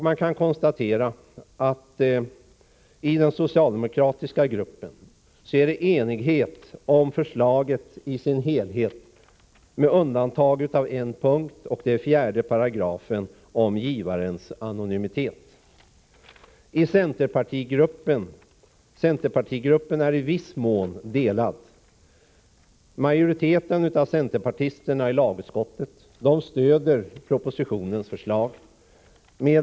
Man kan konstatera att det inom den socialdemokratiska gruppen råder enighet om förslaget i dess helhet med undantag av en punkt, nämligen 4 § om givarens anonymitet. Centerpartigruppen har i viss mån olika uppfattningar. Majoriteten av centerpartisterna i lagutskottet stödjer propositionens förslag.